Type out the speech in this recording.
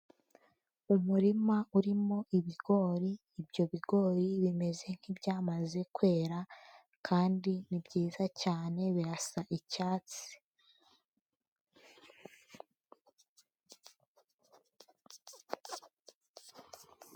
Umurima urimo ibigori, ibyo bigori bimeze nk'ibyamaze kwera kandi ni byiza cyane birasa icyatsi.